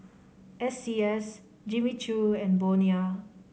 S C S Jimmy Choo and Bonia